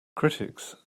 critics